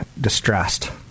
distressed